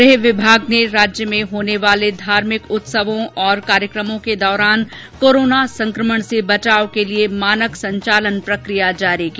गृह विभाग ने राज्य में होने वाले धार्भिक उत्सवों और कार्यक्रमों के दौरान कोराना संकमण से बचाव के लिए मानक संचालन प्रकिया जारी की